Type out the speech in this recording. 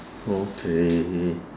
okay